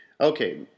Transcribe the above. Okay